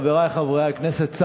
חברי חברי הכנסת,